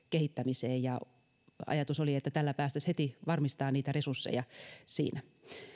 kehittämiseen ja ajatus oli että tällä päästäisiin heti varmistamaan niitä resursseja siinä